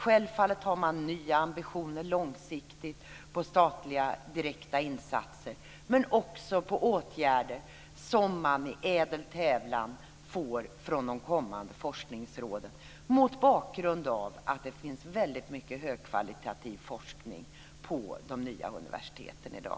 Självfallet har man nya ambitioner långsiktigt, på statliga direkta insatser, men också på åtgärder som man i ädel tävlan får från de kommande forskningsråden, mot bakgrund av att det finns mycket högkvalitativ forskning på de nya universiteten i dag.